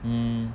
um